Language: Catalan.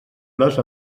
les